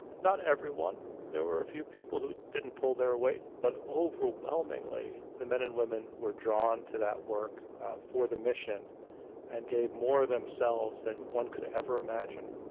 not everyone, there were a few people who didn't pull their weight. but overwhelmingly, the men and women were drawn to that work for the mission and gave more themselves than one could ever imagine.